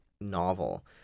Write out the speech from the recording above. novel